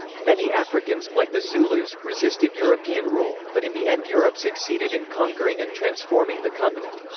many africans, like the zulus, resisted european rule, but in the end europe succeeded in conquering and transforming the continent.